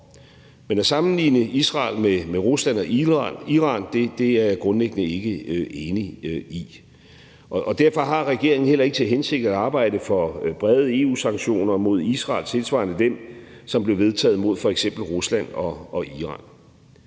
Men at sammenligne Israel med Rusland og Iran er jeg grundlæggende ikke enig i. Derfor har regeringen heller ikke til hensigt at arbejde for brede EU-sanktioner mod Israel tilsvarende dem, som blev vedtaget mod f.eks. Rusland og Iran.